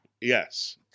Yes